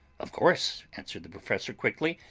of course! answered the professor quickly,